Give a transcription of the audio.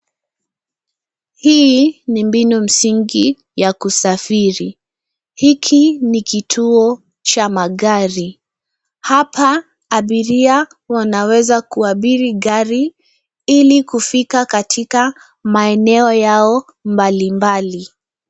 Hii ni mbinu msingi ya kusafiri. Hiki ni kituo cha magari. Hapa abiria wanaweza kuabiri gari ili kufika maeneo yao mbali mbali.